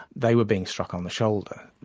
they were being struck on the shoulder.